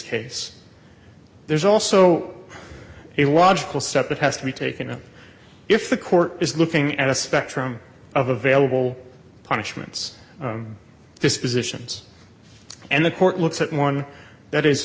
case there's also a logical step that has to be taken and if the court is looking at a spectrum of available punishments dispositions and the court looks at one that is